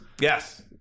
Yes